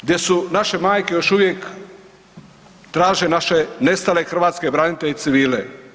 Gdje su naše majke još uvijek traže naše nestale hrvatske branitelje i civile.